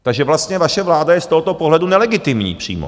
Takže vlastně vaše vláda je z tohoto pohledu nelegitimní přímo.